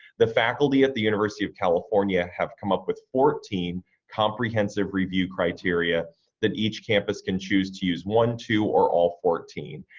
the faculty at the university of california have come up with fourteen comprehensive review criteria that each campus can choose to use one, two, or all fourteen.